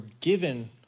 given